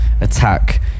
attack